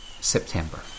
September